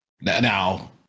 Now